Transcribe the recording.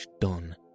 don